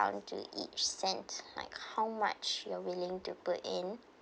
~own each cent like how much you're willing to put in